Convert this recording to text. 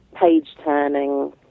page-turning